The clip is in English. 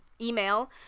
email